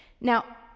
Now